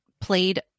played